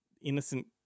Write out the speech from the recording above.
innocent